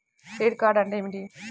Credit card అంటే ఏమిటి?